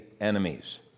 enemies